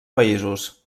països